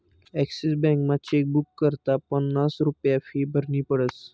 Axis बॅकमा chequebook करता पन्नास रुप्या फी भरनी पडस